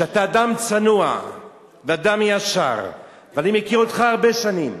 שאתה אדם צנוע ואדם ישר ואני מכיר אותך הרבה שנים,